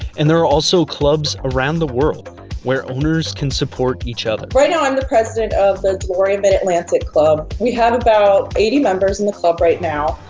and there are also clubs around the world where owners can support each other. right now i'm the president of the delorean midatlantic club. we have about eighty members in the club right now.